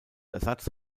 ersatz